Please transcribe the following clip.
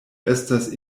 estas